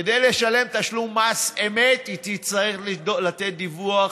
כדי לשלם תשלום מס אמת, היא תצטרך לתת דיווח